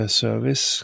service